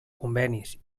convenis